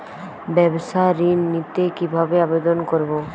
ব্যাবসা ঋণ নিতে কিভাবে আবেদন করব?